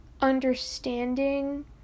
understanding